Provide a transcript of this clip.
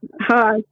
Hi